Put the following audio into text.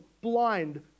blind